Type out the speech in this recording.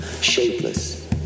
shapeless